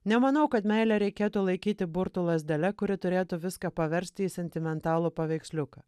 nemanau kad meilę reikėtų laikyti burtų lazdele kuri turėtų viską paversti į sentimentalų paveiksliuką